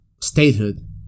statehood